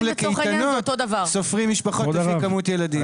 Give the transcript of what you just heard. לקייטנות סופרים משפחות לפי כמות ילדים.